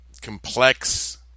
complex